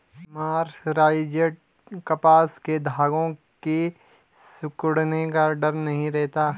mercerised कपास के धागों के सिकुड़ने का डर नहीं रहता